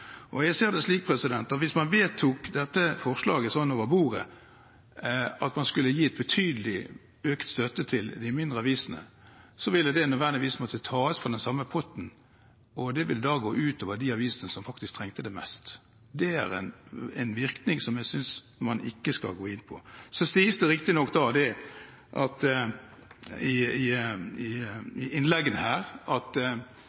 Jeg ser det slik at hvis man sånn over bordet vedtok dette forslaget om å gi betydelig økt støtte til de mindre avisene, ville det nødvendigvis måtte tas fra den samme potten. Det vil da gå utover de avisene som faktisk trenger det mest. Det er en virkning jeg synes man ikke skal gå inn på. Det sies riktignok i innleggene her at det forutsetter en økning i produksjonstilskuddet for å få dette til. Ja, det står det ikke i